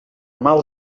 mal